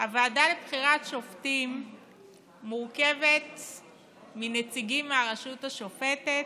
הוועדה לבחירת שופטים מורכבת מנציגים מהרשות השופטת,